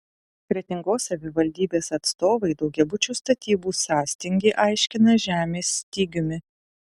kretingos savivaldybės atstovai daugiabučių statybų sąstingį aiškina žemės stygiumi